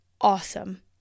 awesome